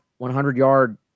100-yard